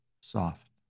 soft